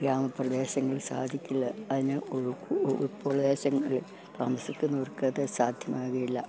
ഗ്രാമപ്രദേശങ്ങൾ സാധിക്കില്ല അതിന് ഉൾപ്രദേശങ്ങളിൽ താമസിക്കുന്നവർക്കത് സാധ്യമാകുകയില്ല